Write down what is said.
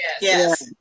yes